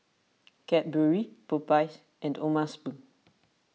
Cadbury Popeyes and O'ma Spoon